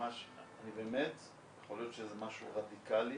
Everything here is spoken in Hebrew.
יכול להיות שזה משהו רדיקלי,